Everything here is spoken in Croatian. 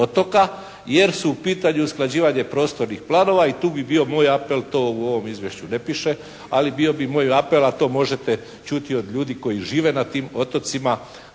jer su u pitanju usklađivanje prostornih planova i tu bi bio moj apel to u ovom izvješću ne piše, ali bio bi moj apel, a to možete čuti od ljudi koji žive na tim otocima,